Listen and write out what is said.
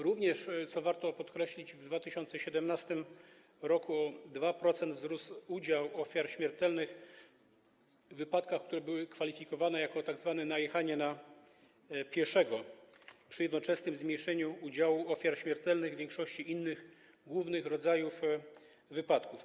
Również, co warto podkreślić, w 2017 r. o 2% wzrósł udział ofiar śmiertelnych w wypadkach, które były kwalifikowane jako tzw. najechanie na pieszego, przy jednoczesnym zmniejszeniu udziału ofiar śmiertelnych w większości innych głównych rodzajów wypadków.